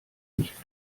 nicht